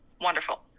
wonderful